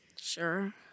Sure